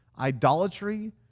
idolatry